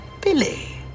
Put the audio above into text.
Billy